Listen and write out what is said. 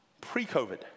Pre-COVID